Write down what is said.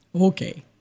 Okay